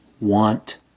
want